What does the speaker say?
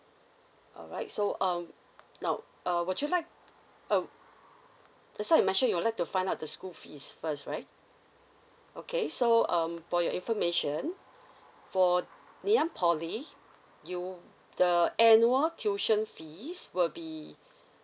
alright so um now uh would you like uh just now you mention you would like to find out the school fees first right okay so um for your information for ngeeann poly you the annual tuition fees will be